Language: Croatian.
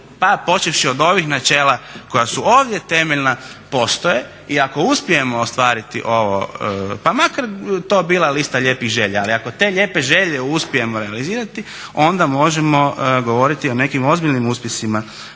pa počevši od ovih načela koja su ovdje temeljna postoje i ako uspijemo ostvariti ovo pa makar to bila lista lijepih želja, ali ako te lijepe želje uspijemo realizirati onda možemo govoriti o nekim ozbiljnim uspjesima